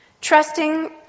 Trusting